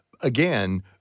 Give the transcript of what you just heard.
Again